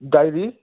dairy